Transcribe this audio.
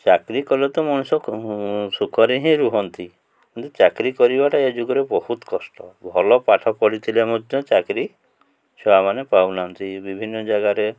ଚାକିରି କଲେ ତ ମଣିଷ ସୁଖରେ ହିଁ ରୁହନ୍ତି କିନ୍ତୁ ଚାକିରି କରିବାଟା ଏ ଯୁଗରେ ବହୁତ କଷ୍ଟ ଭଲ ପାଠ ପଢ଼ିଥିଲେ ମଧ୍ୟ ଚାକିରି ଛୁଆମାନେ ପାଉନାହାନ୍ତି ବିଭିନ୍ନ ଯାଗାରେ